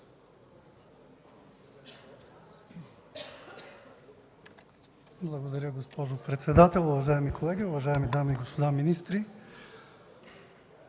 Уважаема госпожо председател, уважаеми колеги, уважаеми госпожи и господа министри!